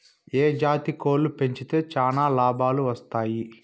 ఏ జాతి కోళ్లు పెంచితే చానా లాభాలు వస్తాయి?